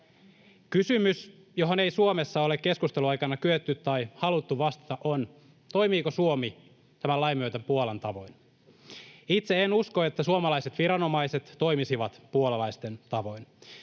Kysymys, johon ei Suomessa ole keskustelun aikana kyetty tai haluttu vastata, on, toimiiko Suomi tämän lain myötä Puolan tavoin. Itse en usko, että suomalaiset viranomaiset toimisivat puolalaisten tavoin.